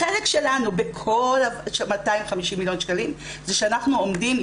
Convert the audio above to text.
החלק שלנו בכל ה-250 מיליון שקלים זה שאנחנו עומדים,